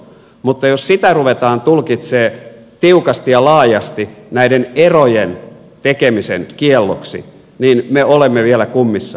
mutta jos sitä ruvetaan tulkitsemaan tiukasti ja laajasti näiden erojen tekemisen kielloksi niin me olemme vielä kummissamme